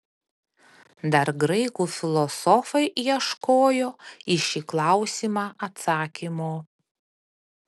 dar graikų filosofai ieškojo į šį klausimą atsakymo